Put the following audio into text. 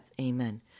Amen